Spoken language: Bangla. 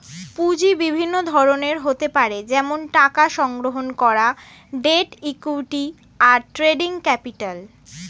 পুঁজি বিভিন্ন ধরনের হতে পারে যেমন টাকা সংগ্রহণ করা, ডেট, ইক্যুইটি, আর ট্রেডিং ক্যাপিটাল